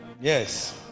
yes